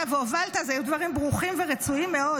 והובלת אלה היו דברים ברוכים ורצויים מאוד,